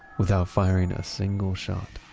without firing a single shot